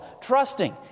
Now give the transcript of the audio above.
trusting